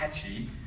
catchy